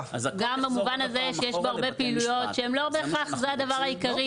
גם במובן הזה שיש בו הרבה פעילויות שהם לא בהכרח הדבר העיקר,